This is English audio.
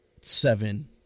seven